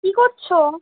কি করছো